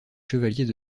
chevaliers